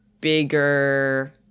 bigger